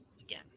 again